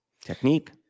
Technique